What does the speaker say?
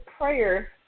prayer